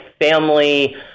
family